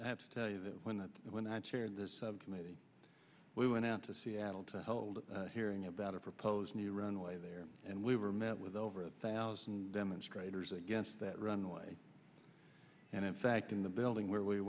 have to tell you that when that when i chaired the subcommittee we went out to seattle to hold a hearing about a proposed new runway there and we were met with over a thousand demonstrators against that runway and in fact in the building where we